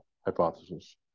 hypothesis